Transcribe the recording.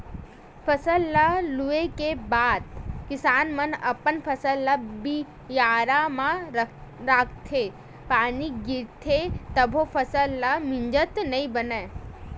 फसल ल लूए के बाद किसान मन अपन फसल ल बियारा म राखथे, पानी गिरथे तभो फसल ल मिजत नइ बनय